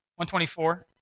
124